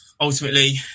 ultimately